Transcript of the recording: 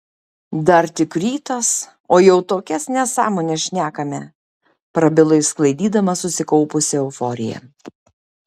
dar tik rytas o jau tokias nesąmones šnekame prabilo išsklaidydamas susikaupusią euforiją